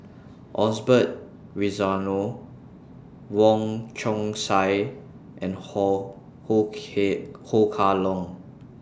Osbert Rozario Wong Chong Sai and Ho Ho K Ho Kah Leong